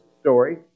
story